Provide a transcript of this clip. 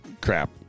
crap